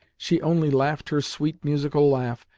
she only laughed her sweet, musical laugh,